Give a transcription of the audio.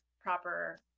proper